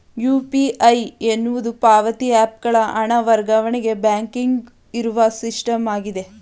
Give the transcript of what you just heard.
UPI ಎನ್ನುವುದು ಪಾವತಿ app ಗಳ ಹಣ ವರ್ಗಾವಣೆಗೆ ಬ್ಯಾಂಕಿಂಗ್ ಇರುವ ಸಿಸ್ಟಮ್ ಆಗಿದೆ